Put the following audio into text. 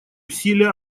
усилия